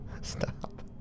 Stop